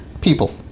People